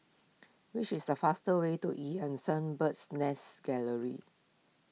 what is the faster way to Eu Yan Sang Bird's Nest Gallery